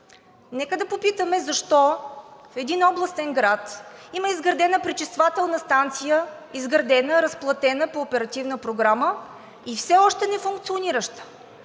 Нека да попитаме защо в един областен град има изградена пречиствателна станция – изградена, разплатена по оперативна програма – и все още нефункционираща.